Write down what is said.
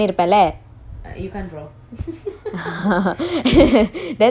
that's true I mean I'll be your customer